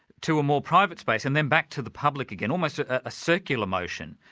to a more private space, and then back to the public again, almost a circular motion.